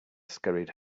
scurried